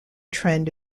trend